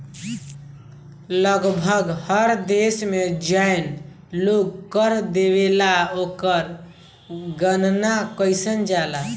लगभग हर देश में जौन लोग कर देवेला ओकर गणना कईल जाला